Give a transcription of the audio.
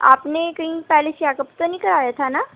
آپ نے کہیں پہلے چیکپ تو نہیں کرایا تھا نا